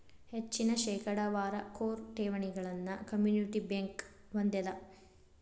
ಹೆಚ್ಚಿನ ಶೇಕಡಾವಾರ ಕೋರ್ ಠೇವಣಿಗಳನ್ನ ಕಮ್ಯುನಿಟಿ ಬ್ಯಂಕ್ ಹೊಂದೆದ